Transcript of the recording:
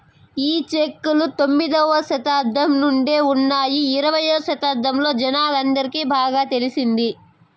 ఈ చెక్కులు తొమ్మిదవ శతాబ్దం నుండే ఉన్నాయి ఇరవై శతాబ్దంలో జనాలందరికి బాగా తెలిసింది